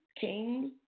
King